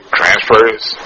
transfers